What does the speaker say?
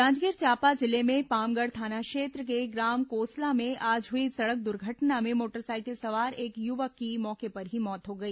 जांजगीर चांपा जिले में पामगढ़ थाना क्षेत्र के ग्राम कोसला में आज हुई सड़क दुर्घटना में मोटरसाइकिल सवार एक युवक की मौके पर ही मौत हो गई